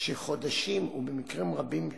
שחודשים (ובמקרים רבים שנים)